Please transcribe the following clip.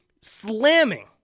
slamming